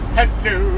hello